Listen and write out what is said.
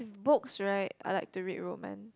books right I like to read romance